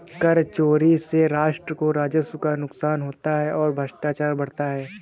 कर चोरी से राष्ट्र को राजस्व का नुकसान होता है और भ्रष्टाचार बढ़ता है